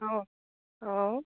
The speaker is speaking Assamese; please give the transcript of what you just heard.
অঁ অঁ